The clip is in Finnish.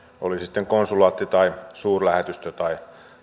oli se sitten konsulaatti tai suurlähetystö tai